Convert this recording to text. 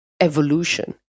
evolution